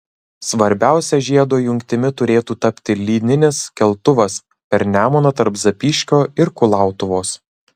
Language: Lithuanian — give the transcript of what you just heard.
svarbiausia žiedo jungtimi turėtų tapti lyninis keltuvas per nemuną tarp zapyškio ir kulautuvos